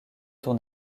ton